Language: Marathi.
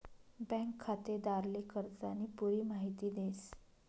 बँक खातेदारले कर्जानी पुरी माहिती देस